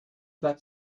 that